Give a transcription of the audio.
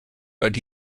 but